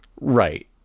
Right